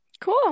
Cool